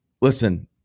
Listen